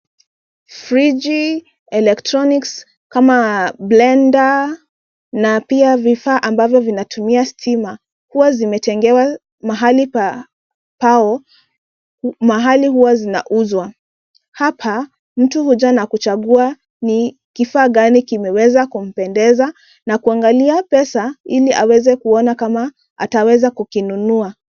Friji, electronics kama blender na pia vifaa ambavyo vinatumia stima, huwa zimetengewa mahali pao, mahali huwa zinauzwa. Hapa, mtu huja na kuchagua ni kifaa gani kimeweza kumpendeza na kuangalia pesa ili aweze kuona kama ataweza kukinunua.